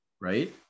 right